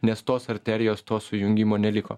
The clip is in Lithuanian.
nes tos arterijos to sujungimo neliko